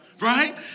right